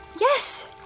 Yes